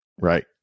Right